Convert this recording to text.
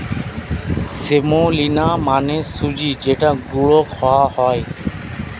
semolina মানে সুজি যেটা গুঁড়ো খাওয়া হয়